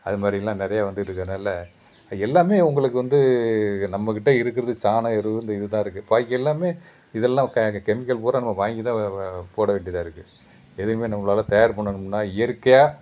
அது மாதிரிலாம் நிறையா வந்துட்ருக்கறதுனால எல்லாம் உங்களுக்கு வந்து நம்மக்கிட்டே இருக்கிறது சாணம் எரு இந்த இது தான் இருக்குது பாக்கி எல்லாம் இதெல்லாம் கெமிக்கல் பூரா நம்ம வாங்கி தான் போட வேண்டியதாக இருக்குது எதுவுமே நம்மளால தயார் பண்ணணும்னா இயற்கையாக